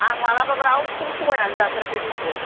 आं मालाबाबो रावखौबो थगायनानै जाफेराखै मिथिबाय